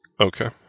Okay